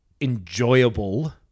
enjoyable